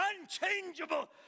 unchangeable